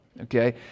okay